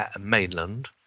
mainland